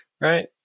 right